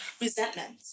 Resentment